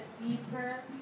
deeper